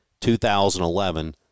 2011